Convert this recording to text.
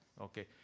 okay